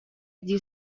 дии